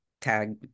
tag